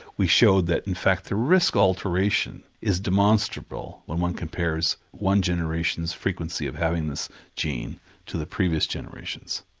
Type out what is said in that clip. we showed that in fact the risk of alteration is demonstrable when one compares one generation's frequency of having this gene to the previous generations.